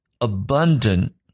abundant